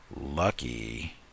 Lucky